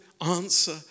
answer